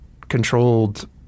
controlled